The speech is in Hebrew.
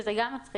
שזה גם מצחיק.